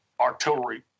artillery